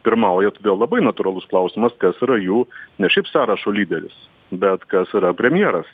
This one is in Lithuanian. pirmauja todėl labai natūralus klausimas kas yra jų ne šiaip sąrašo lyderius bet kas yra premjeras